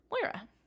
Moira